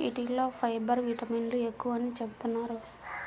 యీటిల్లో ఫైబర్, విటమిన్లు ఎక్కువని చెబుతున్నారు